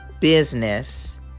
business